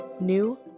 new